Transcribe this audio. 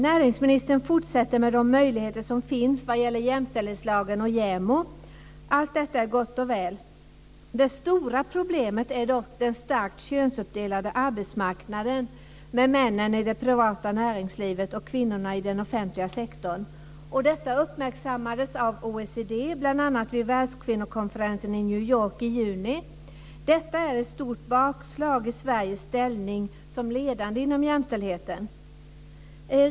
Näringsministern fortsätter med de möjligheter som finns vad gäller jämställdhetslagen och JämO. Allt detta är gott och väl. Det stora problemet är dock den starkt könsuppdelade arbetsmarknaden med männen i det privata näringslivet och kvinnorna i den offentliga sektorn. Detta har uppmärksammats av OECD, bl.a. vid världskvinnokonferensen i New York i juni. Detta är ett stort bakslag för Sveriges ställning som ledande inom jämställdheten.